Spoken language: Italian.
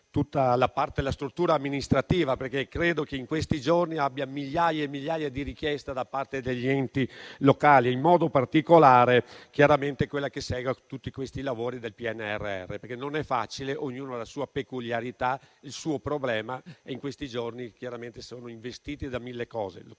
tutta la struttura amministrativa, che credo in questi giorni abbia migliaia e migliaia di richieste da parte degli enti locali, in modo particolare chiaramente quella che segue tutti i lavori del PNRR, perché non è facile, visto che ognuno ha la sua peculiarità e il suo problema e in questi giorni è investita da mille